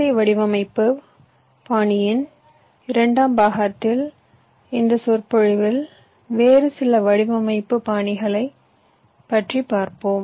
ஐ வடிவமைப்பு பாணியின் இரண்டாம் பாகத்தில் இந்த சொற்பொழிவில் வேறு சில வடிவமைப்பு பாணிகளைப் பார்ப்போம்